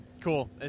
cool